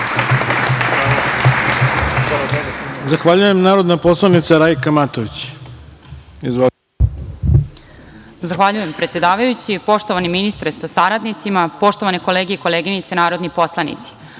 Zahvaljujem. Narodna poslanica Rajka Matović.